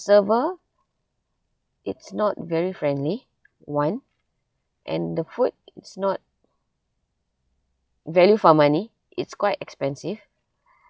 server it's not very friendly one and the food it's not value for money it's quite expensive